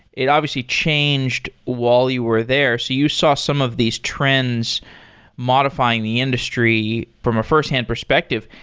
it obviously changed while you were there. so you saw some of these trends modifying the industry from a firsthand perspective.